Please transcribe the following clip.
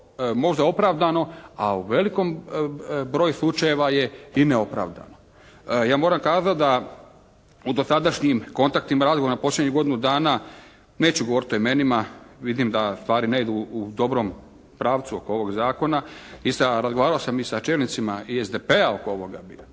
možda opravdano, a u velikom broju slučajeva je i neopravdano. Ja moram kazati da u dosadašnjim kontaktima, razgovorima u posljednjih godinu dana, neću govoriti o imenima, vidim da stvari ne idu u dobrom pravcu oko ovog zakona, razgovarao sam i sa čelnicima i SDP-a oko ovoga bio